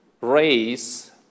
raise